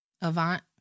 Avant